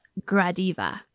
Gradiva